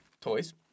toys